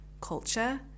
culture